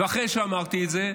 ואחרי שאמרתי את זה,